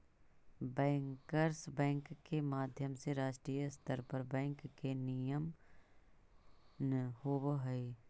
bankers bank के माध्यम से राष्ट्रीय स्तर पर बैंक के नियमन होवऽ हइ